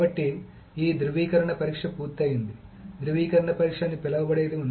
కాబట్టి ఈ ధ్రువీకరణ పరీక్ష పూర్తయింది ధ్రువీకరణ పరీక్ష అని పిలవబడేది ఉంది